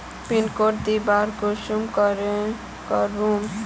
Pin code दोबारा कुंसम करे करूम?